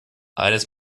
eines